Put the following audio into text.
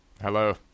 Hello